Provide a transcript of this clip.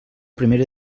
primera